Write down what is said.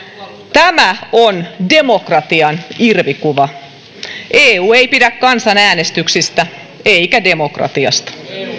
tämä on demokratian irvikuva eu ei pidä kansanäänestyksistä eikä demokratiasta